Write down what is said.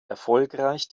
erfolgreich